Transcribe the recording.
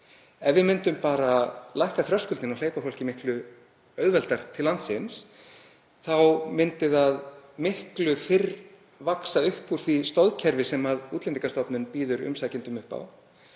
Ef við myndum bara lækka þröskuldinn og hleypa fólki auðveldar til landsins þá myndi það miklu fyrr vaxa upp úr því stoðkerfi sem Útlendingastofnun býður umsækjendum upp á,